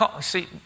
see